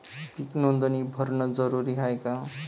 पीक नोंदनी भरनं जरूरी हाये का?